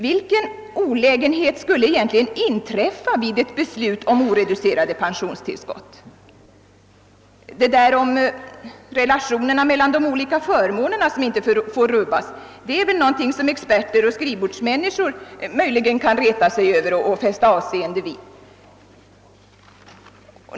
Vilken olägenhet skulle ett beslut om oreducerade pensionstillskott innebära? Det där om relationerna mellan de olika förmånerna som inte får rubbas är väl någonting som bara experter och skrivbordsmänniskor möjligen kan reta sig på eller fästa avseende vid.